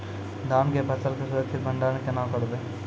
धान के फसल के सुरक्षित भंडारण केना करबै?